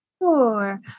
Sure